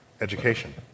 education